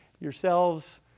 yourselves